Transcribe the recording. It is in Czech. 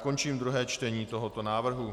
Končím druhé čtení tohoto návrhu.